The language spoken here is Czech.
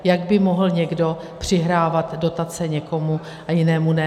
Jak by mohl někdo přihrávat dotace někomu a jinému ne?